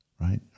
right